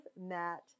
Matt